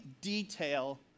detail